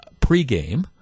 pregame